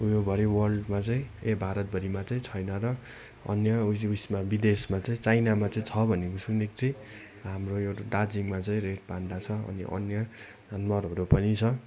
उयोभरि वर्ल्डमा चाहिँ ए भारतभरिमा चाहिँ छैन र अन्य उयसमा विदेशमा चाहिँ चाइनामा चाहिँ छ भनेको सुनेको चाहिँ हाम्रो यो दार्जिलिङमा चाहिँ रेड पान्डा छ अनि अन्य जनावरहरू पनि छ